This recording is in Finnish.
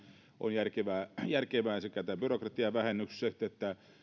on järkevää järkevää tämä byrokratian vähennys